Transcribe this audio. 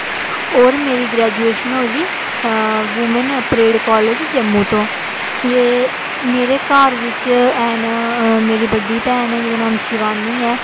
होर मेरी ग्रेजूएशन होई दी वूमन परेड कॉलेज़ जम्मू तो ते मेरे घर बिच हैन मेरी बड्डी भैन जिं'दा नांऽ शिवानी ऐ